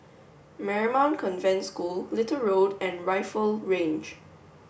Marymount Convent School Little Road and Rifle Range